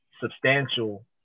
substantial